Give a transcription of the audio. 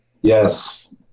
yes